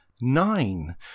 nine